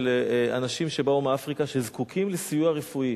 של אנשים שבאו מאפריקה שזקוקים לסיוע רפואי,